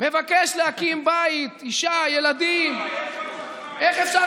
מבקש להקים בית, אישה, ילדים, איפה אתה חי?